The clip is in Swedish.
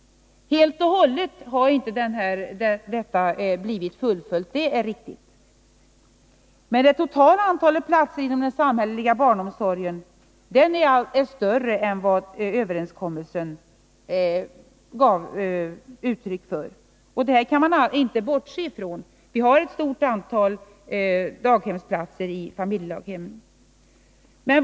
Helt och hållet har denna inte fullföljts — det är riktigt. Men det totala antalet platser inom den samhälleliga barnomsorgen är större 101 än vad överenskommelsen gav uttryck för, och det kan man inte bortse från. Vi har ett stort antal daghemsplatser i familjedaghemmen.